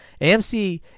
AMC